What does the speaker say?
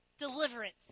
Deliverance